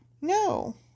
No